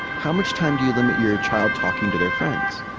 how much time do you limit your child talking to their friends?